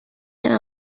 yang